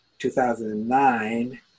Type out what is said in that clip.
2009